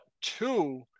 two